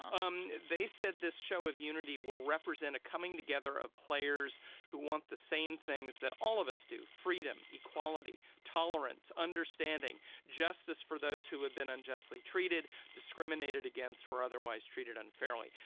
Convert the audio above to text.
um they said this show of unity will represent a coming together of players who want the same things that all of us do freedom, equality, tolerance, understanding, justice for those who have been unjustly treated, discriminated against or otherwise treated unfairly.